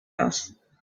else